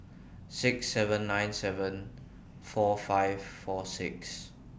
six seven nine seven four five four six